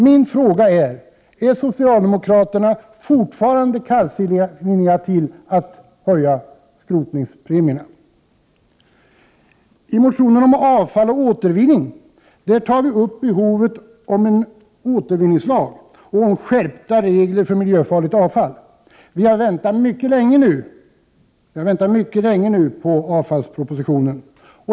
Min fråga är: Är socialdemokraterna fortfarande kallsinniga till att höja dessa premier? I motionen om avfall och återvinning berör vi behovet av en återvinnings lag och skärpta regler för miljöfarligt avfall. Vi har väntat mycket länge på Prot. 1988/89:59 avfallspropositionen.